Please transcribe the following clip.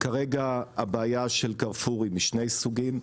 כרגע הבעיה של קרפור היא משני סוגים,